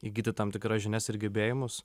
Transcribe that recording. įgyti tam tikras žinias ir gebėjimus